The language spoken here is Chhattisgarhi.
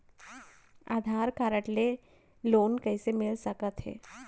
आधार कारड ले लोन कइसे मिलिस सकत हे?